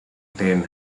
attain